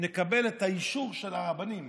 נקבל את האישור של הרבנים